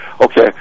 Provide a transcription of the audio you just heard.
okay